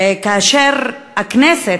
וכאשר הכנסת,